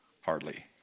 hardly